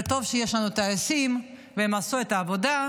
אבל טוב שיש לנו טייסים והם עשו את העבודה.